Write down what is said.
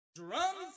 Drums